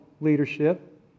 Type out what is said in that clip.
leadership